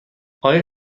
آیا